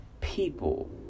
people